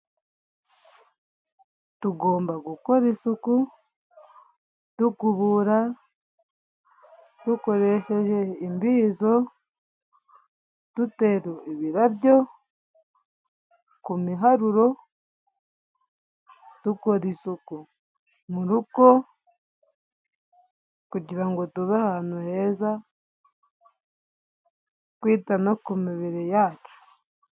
Tugomba gukora isuku dukubura, dukoresheje indizo dutera ibirabyo ku miharuro, dukora isuku mu rugo kugira ngo tube ahantu heza twita no ku mibiri yacu.